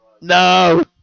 No